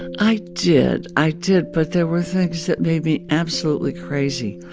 i did. i did. but there were things that made me absolutely crazy.